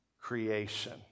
creation